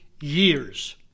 years